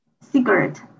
cigarette